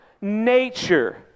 nature